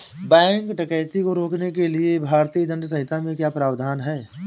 bank डकैती को रोकने के लिए भारतीय दंड संहिता में क्या प्रावधान है